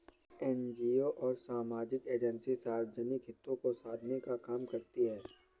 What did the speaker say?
NGO और सामाजिक agency सार्वजनिक हितों को साधने का काम करती हैं